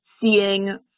seeing